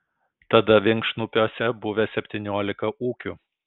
tada vinkšnupiuose buvę septyniolika ūkių